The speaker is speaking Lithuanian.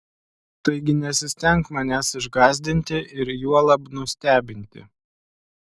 taigi nesistenk manęs išgąsdinti ir juolab nustebinti